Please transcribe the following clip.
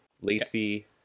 Lacey